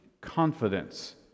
confidence